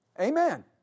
Amen